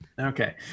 Okay